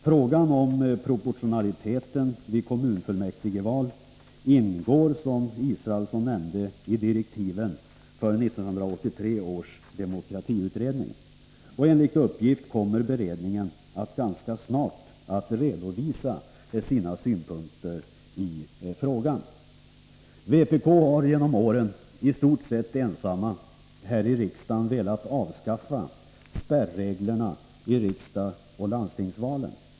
Den förstnämnda frågan ingår, som Per Israelsson nämnde, i direktiven för 1983 års demokratiutredning. Enligt uppgift kommer man att ganska snart redovisa sina synpunkter i frågan. Vpk har genom åren i stort sett varit ensamt om att vilja avskaffa spärreglerna vid riksdagsoch landstingsvalen.